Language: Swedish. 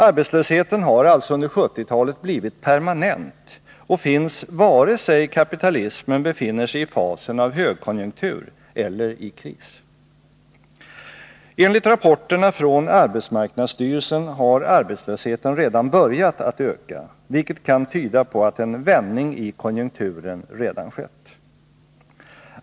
Arbetslösheten har alltså under 1970-talet blivit permanent och finns, vare sig kapitalismen befinner sig i fasen av högkonjunktur eller i kris. Enligt rapporterna från arbetsmarknadsstyrelsen har arbetslösheten redan börjat att öka, vilket kan tyda på att en vändning i konjunkturen redan skett.